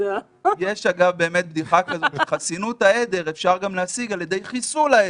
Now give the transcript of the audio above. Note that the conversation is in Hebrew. יש באמת בדיחה כזו שחסינות העדר אפשר גם להשיג על ידי חיסול העדר.